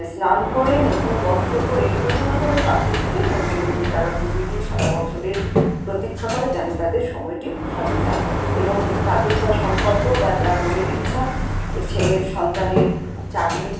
স্নান করে নতুন বস্ত্র পরে কোন না কোন কাছেপিঠের মন্দিরে গিয়ে তারা পুজো দিয়ে সারা বছরের প্রতীক্ষা করে যেন তাদের সময়টি ভালো যায় এবং তাদের যা সংকল্প বা যা মনের ইচ্ছা ছেলের সন্তানের চাকরির